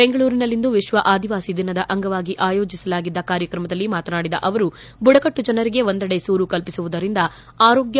ಬೆಂಗಳೂರಿನಲ್ಲಿಂದು ವಿಶ್ವ ಆದಿವಾಸಿ ದಿನದ ಅಂಗವಾಗಿ ಆಯೋಜಿಸಲಾಗಿದ್ದ ಕಾರ್ಯಕ್ರಮದಲ್ಲಿ ಮಾತನಾಡಿದ ಅವರು ಬುಡಕಟ್ಟು ಜನರಿಗೆ ಒಂದೆಡೆ ಸೂರು ಕಲ್ಪಿಸುವುದರಿಂದ ಆರೋಗ್ಯ